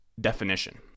definition